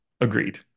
Agreed